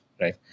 right